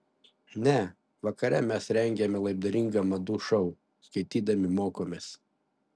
ne vakare mes rengiame labdaringą madų šou skaitydami mokomės